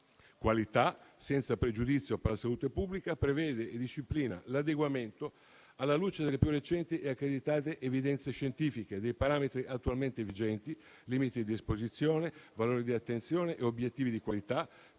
qualità senza pregiudizio per la salute pubblica prevede e disciplina l'adeguamento, alla luce delle più recenti e accreditate evidenze scientifiche, dei parametri attualmente vigenti, limiti di esposizione, valori di attenzione e obiettivi di qualità